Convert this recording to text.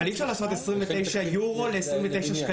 עשינו את זה השנה גם.